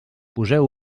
poseu